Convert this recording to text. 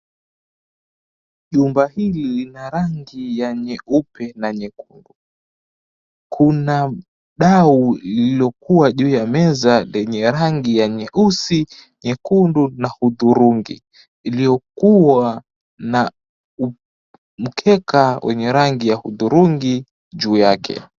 Jumba hili lina rangi ya nyeupe na nyekundu. Kuna dau lililokuwa juu meza lenye rangi ya nyeusi, nyekundu na hudhurungi iliyokuwa na mkeka wenye rangi ya hudhurungi juu yake.